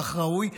כך ראוי,